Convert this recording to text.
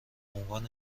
عنوان